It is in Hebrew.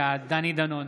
בעד דני דנון,